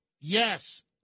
yes